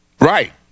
right